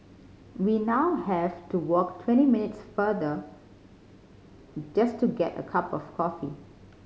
we now have to walk twenty minutes farther just to get a cup of coffee